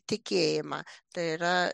tikėjimą tai yra